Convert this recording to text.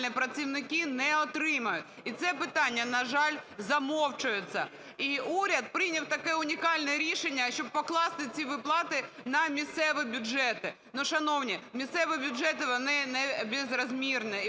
працівники не отримують. І це питання, на жаль, замовчується. І уряд прийняв таке унікальне рішення, щоб покласти ці виплати на місцеві бюджети. Ну, шановні, місцеві бюджети, вони не безрозмірні,